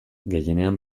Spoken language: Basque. gehienean